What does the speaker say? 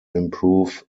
improve